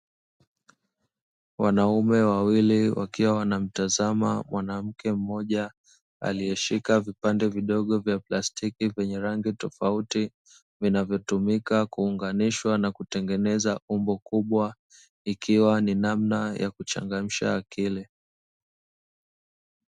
Wanaume wawili, wakiwa wanamtazama mwanamke mmoja aliyeshika vipande vidogo vya plastiki vyenye rangi tofauti, vinavyotumika kuunganishwa na kutengeneza umbo kubwa. Ikiwa ni namna ya kuchangamsha akili.